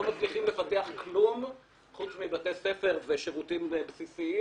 מצליחים לפתח כלום חוץ מבתי ספר ושירותים בסיסיים.